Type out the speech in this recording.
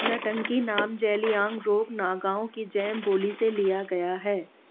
नटंकी नाम ज़ेलियांगरोंग नागाओं की जैम बोली से लिया गया है